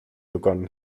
begonnen